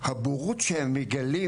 הבורות שהם מגלים